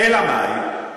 אלא מאי,